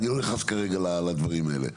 אני לא נכנס כרגע לדברים האלה.